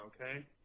okay